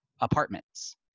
apartments